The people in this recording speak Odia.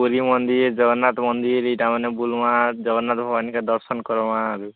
ପୁରୀ ମନ୍ଦିର୍ ଜଗନ୍ନାଥ ମନ୍ଦିର୍ ଇଟା ମାନେ ବୁଲମା ଜଗନ୍ନାଥ ମାନକେ ଦର୍ଶନ କରମା ଆରୁ